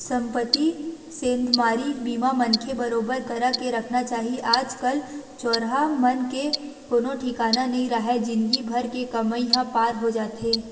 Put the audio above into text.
संपत्ति सेंधमारी बीमा मनखे बरोबर करा के रखना चाही आज कल चोरहा मन के कोनो ठिकाना नइ राहय जिनगी भर के कमई ह पार हो जाथे